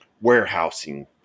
warehousing